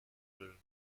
will